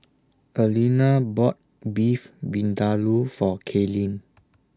Alena bought Beef Vindaloo For Kaylene